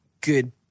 good